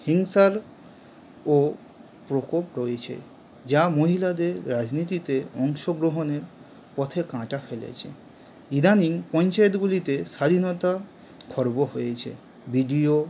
হিংসারও প্রকোপ রয়েছে যা মহিলাদের রাজনীতিতে অংশগ্রহণের পথে কাঁটা ফেলেছে ইদানিং পঞ্চায়েতগুলিতে স্বাধীনতা খর্ব হয়েইছে বিডিও